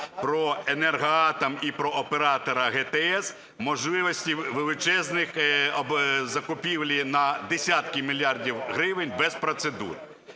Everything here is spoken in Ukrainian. про Енергоатом і про оператора ГТС, - можливості величезних закупівель на десятки мільярдів гривень без процедур.